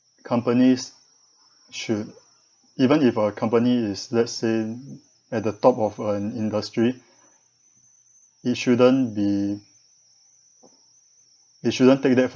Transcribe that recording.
companies should even if a company is let's say at the top of an industry it shouldn't be it shouldn't take that